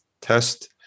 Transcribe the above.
test